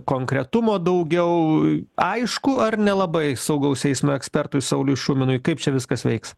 konkretumo daugiau aišku ar nelabai saugaus eismo ekspertui sauliui šuminui kaip čia viskas veiks